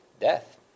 death